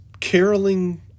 caroling